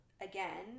again